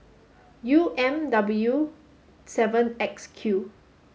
U M W seven X Q